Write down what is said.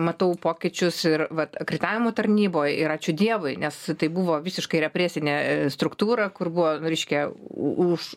matau pokyčius ir vat akreditavimo tarnyboj ir ačiū dievui nes tai buvo visiškai represinė struktūra kurguo reiškia u už